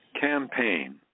Campaign